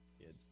Kids